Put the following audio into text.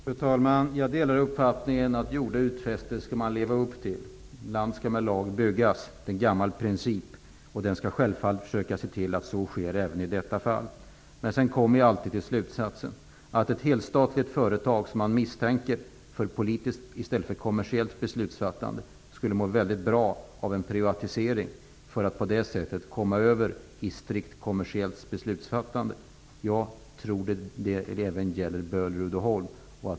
Fru talman! Jag delar uppfattningen att man skall leva upp till gjorda utfästelser. Land skall med lag byggas. Det är en gammal princip. Det skall självfallet vara så att det sker i detta fall. Men jag kommer alltid till slutsatsen att ett helstatligt företag som misstänks för politiskt i stället för kommersiellt beslutsfattande skulle må bra av en privatisering för att på det sättet gå över till strikt kommersiellt beslutsfattande. Jag tror att det även gäller Böhler-Uddeholm.